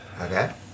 Okay